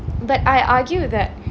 but I argue that